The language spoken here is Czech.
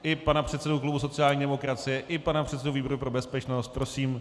I pana předsedu klubu sociální demokracie i pana předsedu výboru pro bezpečnost prosím.